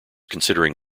considering